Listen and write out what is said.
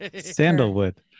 sandalwood